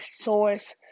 source